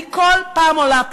אני כל פעם עולה פה,